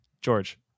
George